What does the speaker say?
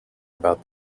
about